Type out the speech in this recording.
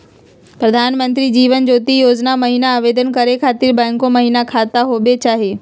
प्रधानमंत्री जीवन ज्योति योजना महिना आवेदन करै खातिर बैंको महिना खाता होवे चाही?